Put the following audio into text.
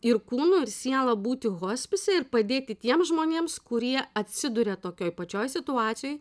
ir kūnu ir siela būti hospise ir padėti tiem žmonėms kurie atsiduria tokioj pačioj situacijoj